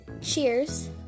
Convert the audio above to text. cheers